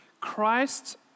Christ